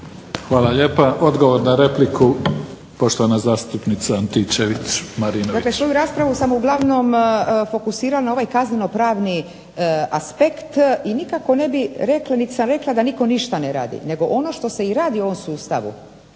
Hvala lijepa. Odgovor na repliku, poštovana zastupnica Antičević-Marinović. **Antičević Marinović, Ingrid (SDP)** Dakle svoju raspravu sam uglavnom fokusirala na ovaj kaznenopravni aspekt i nikako ne bih rekla nit sam rekla da nitko ništa ne radi, nego ono što se i radi u ovom sustavu